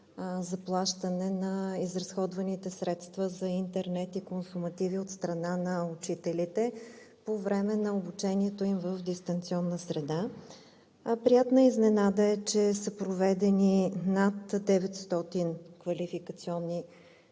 за плащане на изразходваните средства за интернет и консумативи от страна на учителите по време на обучението им в дистанционна среда. Приятна изненада е, че са проведени над 900 квалификационни